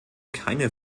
keine